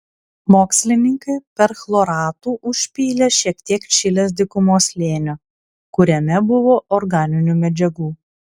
mokslininkai perchloratu užpylė šiek tiek čilės dykumos slėnio kuriame buvo organinių medžiagų